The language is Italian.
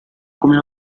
come